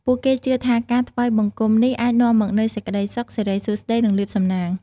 ពួកគេជឿថាការថ្វាយបង្គំនេះអាចនាំមកនូវសេចក្តីសុខ សិរីសួស្តី និងលាភសំណាង។